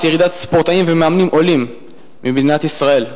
ירידת ספורטאים ומאמנים עולים ממדינת ישראל.